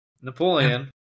Napoleon